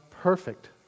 perfect